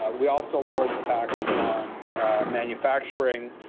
ah we also lower the tax on manufacturing.